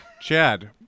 Chad